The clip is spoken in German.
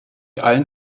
allen